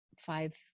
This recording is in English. five